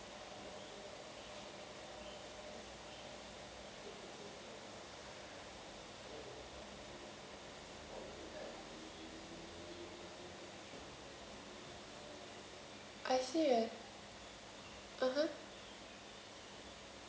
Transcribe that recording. I see (uh huh)